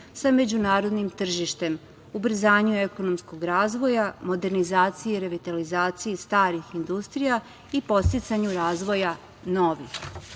sa međunarodnim tržištem, ubrzanju ekonomskog razvoja, modernizacije i revitalizacije starih industrija i podsticanju razvoja novih. Istina